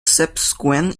subsequent